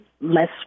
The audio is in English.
less